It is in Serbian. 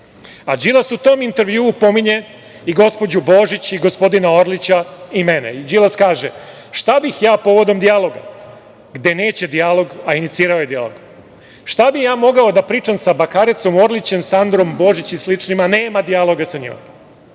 vređa. Đilas u tom intervjuu pominje i gospođu Božić i gospodina Orlića i mene. Đilas kaže: "Šta bih ja povodom dijaloga", gde neće dijalog a inicirao je dijalog, "Šta bih ja mogao da pričam sa Bakarecom, Orlićem, Sandrom Božić i sličnima, nema dijaloga sa njima".Ja